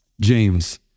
James